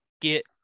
get